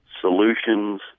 solutions